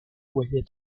voyait